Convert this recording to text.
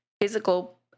physical